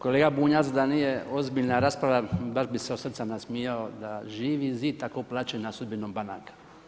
Kolega Bunjac, da nije ozbiljna rasprava, baš bih se od srca nasmijao da Živi zid tako plače nad sudbinom banaka.